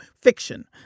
fiction